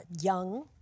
young